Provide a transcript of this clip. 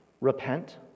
repent